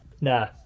Nah